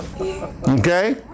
Okay